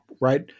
Right